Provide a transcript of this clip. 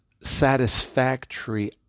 satisfactory